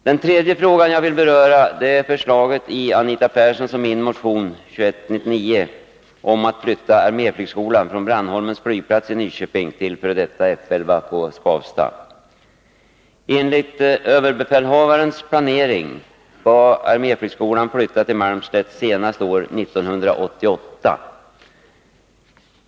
Den tredje fråga jag vill beröra är förslaget i Anita Perssons och min motion 2199 om att flytta arméflygskolan från Brandholmens flygplats i Nyköping till f. d. F 11 på Skavsta. Enligt överbefälhavarens planering skall arméflygskolan flytta till Malmslätt senast år 1988.